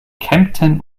kempten